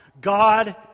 God